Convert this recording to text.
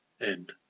End